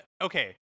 Okay